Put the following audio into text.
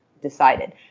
decided